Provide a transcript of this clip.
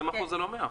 20 אחוזים, זה לא מעט.